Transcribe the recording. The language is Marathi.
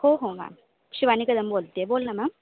हो हो मॅम शिवानी कदम बोलते आहे बोल ना मॅम